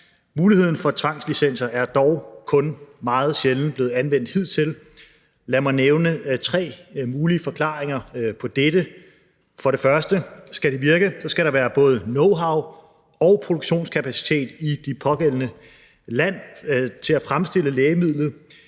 Muligheden for tvangslicenser er dog hidtil kun meget sjældent blevet anvendt, og lad mig nævne tre mulige forklaringer på dette. Den første årsag er, at hvis det skal virke, skal der være både knowhow og produktionskapacitet i det pågældende land til at fremstille lægemidlet.